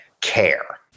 care